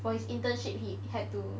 for his internship he had to